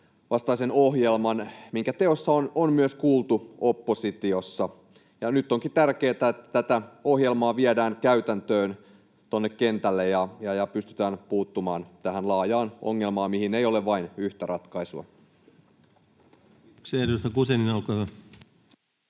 vastaisen ohjelman, jonka teossa on kuultu myös oppositiota. Nyt onkin tärkeätä, että tätä ohjelmaa viedään käytäntöön kentälle ja pystytään puuttumaan tähän laajaan ongelmaan, mihin ei ole vain yhtä ratkaisua. [Speech 14] Speaker: